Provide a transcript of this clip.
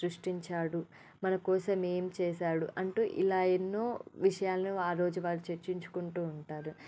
సృష్టించాడు మన కోసం ఏం చేశాడు అంటూ ఇలా ఎన్నో విషయాలు ఆ రోజు వారు చర్చించుకుంటూ ఉంటారు